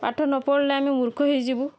ପାଠ ନ ପଢ଼ିଲେ ଆମେ ମୂର୍ଖ ହେଇଯିବୁ